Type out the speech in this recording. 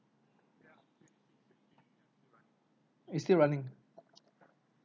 it's still running